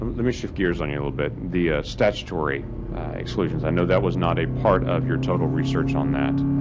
um let me shift gears on you a little bit. the statutory exclusions, i know that was not a part of your total research on that.